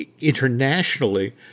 internationally